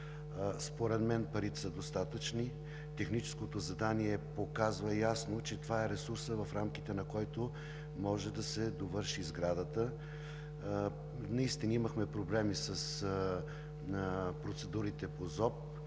Според мен парите са достатъчни. Техническото задание показва ясно, че това е ресурсът, в рамките на който може да се довърши сградата. Наистина имахме проблеми с процедурите по ЗОП,